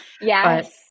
Yes